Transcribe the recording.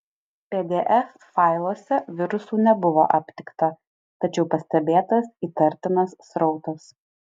pdf failuose virusų nebuvo aptikta tačiau pastebėtas įtartinas srautas